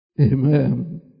Amen